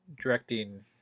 directing